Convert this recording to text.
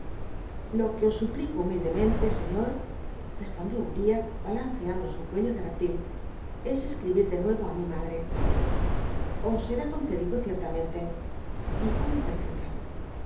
lo que os suplico humildemente scíior re spondió uriah balanceando su cuello de repti l e escribir ele nuc o mi m td rc os ser i concedido cict'lamcnle dijo